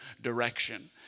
direction